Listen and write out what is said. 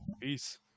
Peace